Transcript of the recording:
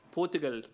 Portugal